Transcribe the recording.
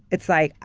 it's like,